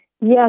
Yes